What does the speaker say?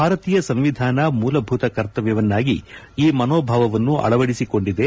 ಭಾರತೀಯ ಸಂವಿಧಾನ ಮೂಲಭೂತ ಕರ್ತವ್ಯವನ್ನಾಗಿ ಈ ಮನೋಭಾವವನ್ನು ಅಳವಡಿಸಿಕೊಂಡಿದೆ